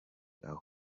aho